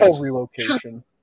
relocation